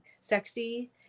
sexy